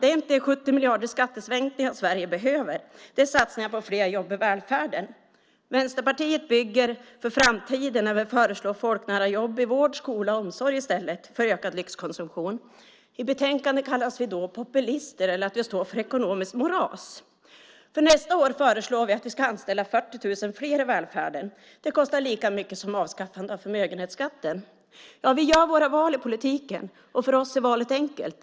Det är inte 70 miljarder skattesänkningar Sverige behöver. Det är satsningar på fler jobb i välfärden. Vänsterpartiet bygger för framtiden när vi föreslår folknära jobb i vård, skola och omsorg i stället för ökad lyxkonsumtion. I betänkandet kallas vi för populister eller att vi står för ekonomiskt moras. För nästa år föreslår vi att vi ska anställa 40 000 fler i välfärden. Det kostar lika mycket som avskaffandet av förmögenhetsskatten. Vi gör våra val i politiken, och för oss är valet enkelt.